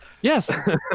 yes